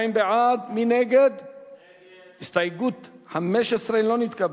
ההסתייגות מס' 15 של קבוצת סיעת האיחוד הלאומי לסעיף 1 לא נתקבלה.